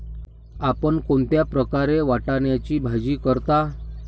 आपण कोणत्या प्रकारे वाटाण्याची भाजी करता?